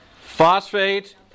phosphate